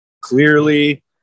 clearly